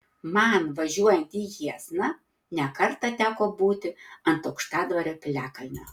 man važiuojant į jiezną ne kartą teko būti ant aukštadvario piliakalnio